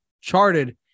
Charted